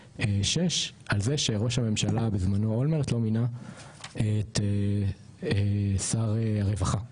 על זה שראש הממשלה בזמנו אולמרט לא מינה את שר הרווחה,